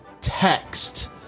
text